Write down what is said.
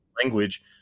language